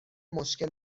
مشکل